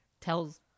tells